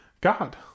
God